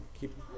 keep